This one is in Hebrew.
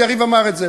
ויריב אמר את זה,